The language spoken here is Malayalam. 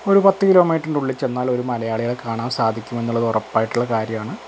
ഒരു പത്തു കിലോ മീറ്ററിൻറ്റുളളിൽ ചെന്നാൽ ഒരു മലയാളിയെ കാണാൻ സാധിക്കുമെന്നുള്ളതുറപ്പായിട്ടുള്ള കാര്യമാണ്